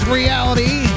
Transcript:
reality